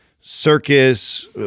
circus